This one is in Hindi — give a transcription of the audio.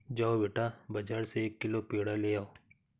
जाओ बेटा, बाजार से एक किलो पेड़ा ले आओ